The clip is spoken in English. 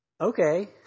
okay